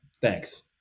Thanks